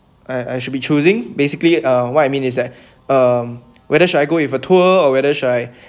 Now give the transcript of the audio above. I I should be choosing basically uh what I mean is that um whether should I go with a tour or whether should I